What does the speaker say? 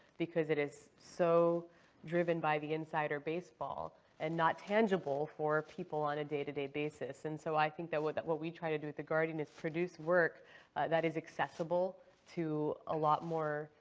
because it is so driven by the insider baseball and not tangible for people on a day-to-day basis. and so i think that what that what we try to do at the guardian is produce work that is accessible to a lot more